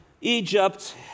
Egypt